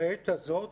לעת הזאת,